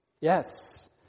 Yes